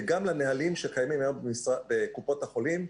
וגם לנהלים שקיימים היום בקופות החולים,